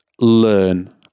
learn